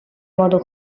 modo